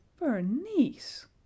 Bernice